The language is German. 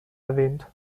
erwähnt